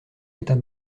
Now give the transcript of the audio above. état